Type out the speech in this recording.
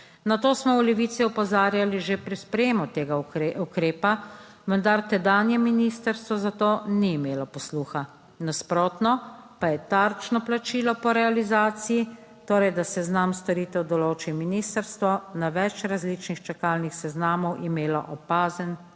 Na to smo v Levici opozarjali že pri sprejemu tega ukrepa, vendar tedanje ministrstvo za to ni imelo posluha, nasprotno pa je tarčno plačilo po realizaciji, torej da seznam storitev določi ministrstvo, na več različnih čakalnih seznamov imelo opazen